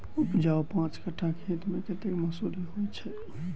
उपजाउ पांच कट्ठा खेत मे कतेक मसूरी होइ छै?